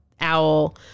owl